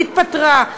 התפטרה,